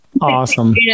awesome